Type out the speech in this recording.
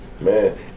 Man